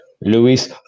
Luis